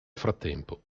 frattempo